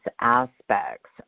aspects